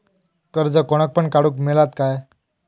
कर्ज कोणाक पण काडूक मेलता काय?